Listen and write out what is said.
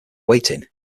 waiting